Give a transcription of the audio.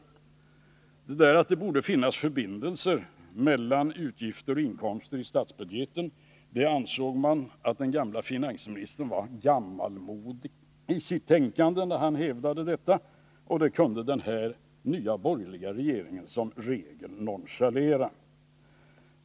När den gamle finansministern hävdade att det borde finnas förbindelser mellan utgifter och inkomster i statens budget ansåg man att han var gammalmodig i sitt tänkande och att den nya borgerliga regeringen som regel kunde nonchalera detta.